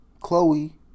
Chloe